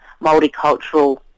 multicultural